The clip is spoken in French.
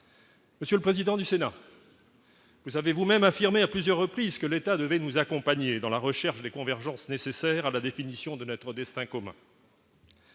monsieur le président du Sénat, vous avez vous-même affirmé à plusieurs reprises que l'État devait nous accompagner dans la recherche des convergences nécessaires à la définition de notre destin commun